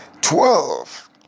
Twelve